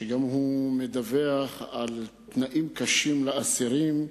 שגם הוא מדווח על תנאים קשים לאסירים,